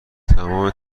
تمام